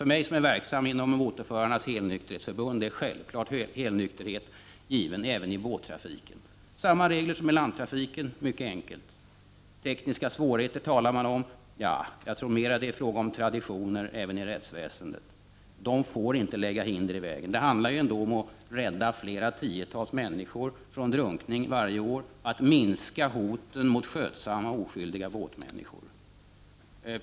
För mig, som är verksam inom Motorförarnas helnykterhetsförbund, är helnykterhet given även i båttrafiken. Det skall vara samma regler som i landtrafiken — det är mycket enkelt. Det talas om tekniska svårigheter. Ja, jag tror att det mera är fråga om traditioner även i rättsväsendet. De får inte lägga hinder i vägen. Det handlar ändå om att rädda flera tiotal människor från drunkning varje år, om att minska hoten mot skötsamma och oskyldiga båtmänniskor.